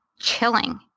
Chilling